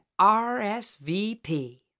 RSVP